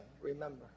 remember